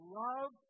love